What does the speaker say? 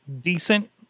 decent